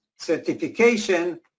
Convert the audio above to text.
certification